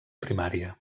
primària